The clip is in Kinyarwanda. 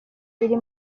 iri